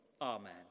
Amen